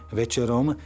večerom